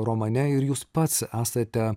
romane ir jūs pats esate